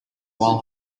while